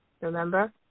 Remember